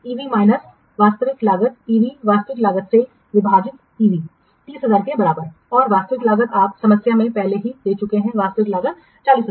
EV minus वास्तविक लागत EV वास्तविक लागत से विभाजित ईवी 30000 के बराबर है और वास्तविक लागत आप समस्या में पहले ही दे चुके हैं वास्तविक लागत 40000 है